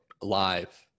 live